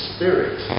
Spirit